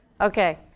Okay